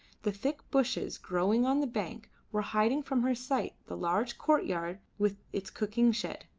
the thick bushes growing on the bank were hiding from her sight the large courtyard with its cooking shed.